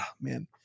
Man